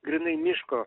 grynai miško